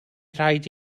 rhaid